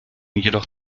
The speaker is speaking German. jedoch